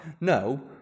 no